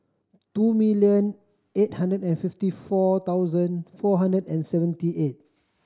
two million eight hundred and fifty four thousand four hundred and seventy eight